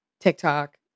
TikTok